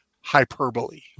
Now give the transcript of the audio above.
hyperbole